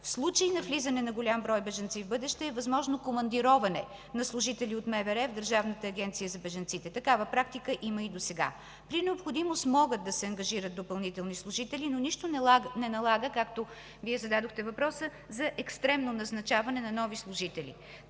В случай на влизане на голям брой бежанци в бъдеще е възможно командироване на служители от МВР в Държавната агенция за бежанците – такава практика има и досега. При необходимост могат да се ангажират допълнително служители, но нищо не налага, както Вие зададохте въпроса, за екстремно назначаване на нови служители.